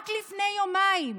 רק לפני יומיים